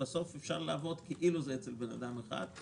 בסוף אפשר לעבוד כאילו זה אצל אדם אחד.